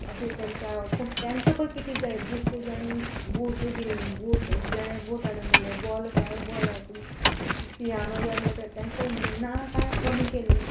अशे तेंच्या पूण तांकां पळय कितें जाय बुकां जायी बूट दिली बूट जाय बूट हाडून दिले बॉल बॉल हाड पियानो जाय म्हणले तांकां ना कांय कमी केलें ना